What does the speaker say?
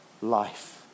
life